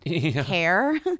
care